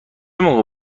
موقع